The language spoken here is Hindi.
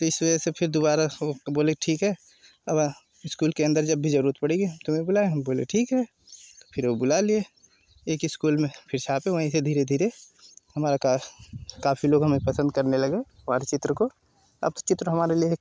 इस वजह से दोबारा बोले ठीक है अब स्कूल के अंदर जब भी जरूरत पड़ेगी तुम्हें बुलाए हम बोले ठीक है फिर वो बुला लिए एक ही स्कूल में फिर साथ ही वही से धीरे धीरे हमारा काम काफ़ी लोग हमें पसंद करने लगे हमारे चित्र को अब तो चित्र हमारे लिए